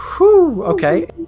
Okay